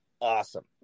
awesome